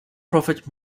prophet